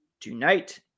tonight